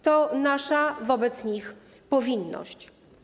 To nasza wobec nich powinność.